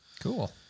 cool